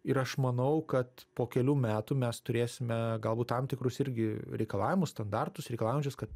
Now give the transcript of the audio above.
ir aš manau kad po kelių metų mes turėsime galbūt tam tikrus irgi reikalavimus standartus reikalaujančius kad